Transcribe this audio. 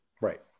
Right